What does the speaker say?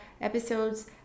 episodes